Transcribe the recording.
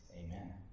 Amen